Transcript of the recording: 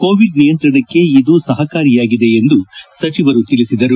Covid ನಿಯಂತ್ರಣಕ್ಕೆ ಇದು ಸಹಕಾರಿಯಾಗಿದೆ ಎಂದು ಸಚಿವರು ತಿಳಿಸಿದರು